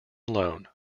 alone